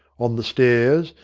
on the stairs,